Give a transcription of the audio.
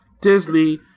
Disney